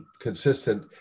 consistent